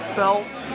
felt